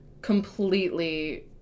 completely